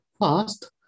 First